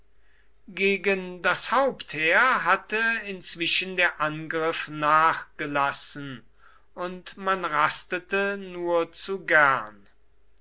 gegen das hauptheer hatte inzwischen der angriff nachgelassen und man rastete nur zu gern